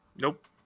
Nope